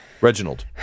Reginald